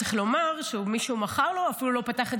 צריך לומר שמי שהוא מכר לו אפילו לא פתח את